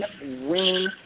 win